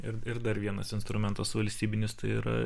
ir ir dar vienas instrumentas valstybinis tai yra